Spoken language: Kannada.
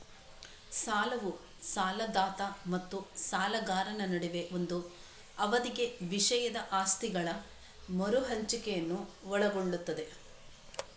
ಸಾಲವು ಸಾಲದಾತ ಮತ್ತು ಸಾಲಗಾರನ ನಡುವೆ ಒಂದು ಅವಧಿಗೆ ವಿಷಯದ ಆಸ್ತಿಗಳ ಮರು ಹಂಚಿಕೆಯನ್ನು ಒಳಗೊಳ್ಳುತ್ತದೆ